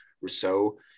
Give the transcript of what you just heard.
Rousseau